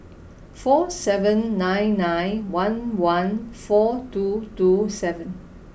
four seven nine nine one one four two two seven